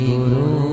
Guru